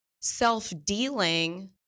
self-dealing